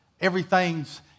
everything's